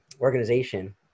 organization